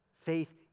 Faith